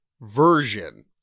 version